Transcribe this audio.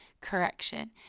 correction